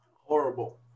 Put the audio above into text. Horrible